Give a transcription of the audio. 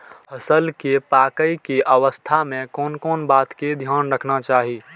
फसल के पाकैय के अवस्था में कोन कोन बात के ध्यान रखना चाही?